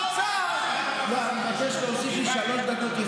אני מבקש להוסיף לי שלוש דקות.